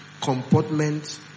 comportment